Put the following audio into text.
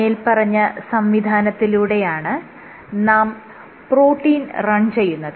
മേല്പറഞ്ഞ സംവിധാനത്തിലൂടെയാണ് നാം പ്രോട്ടീൻ റൺ ചെയ്യുന്നത്